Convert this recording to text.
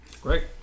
Great